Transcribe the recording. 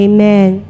Amen